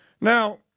Now